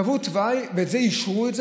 קבעו תוואי ואותו אישרו,